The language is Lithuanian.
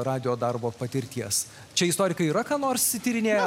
radijo darbo patirties čia istorikai yra ką nors tyrinėję